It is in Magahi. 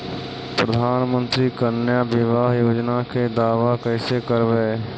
प्रधानमंत्री कन्या बिबाह योजना के दाबा कैसे करबै?